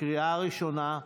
לקריאה ראשונה.